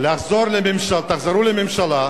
תחזרו לממשלה,